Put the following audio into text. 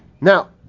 Now